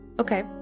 Okay